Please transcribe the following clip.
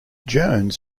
jones